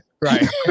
Right